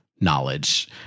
knowledge